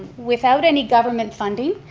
without any government funding,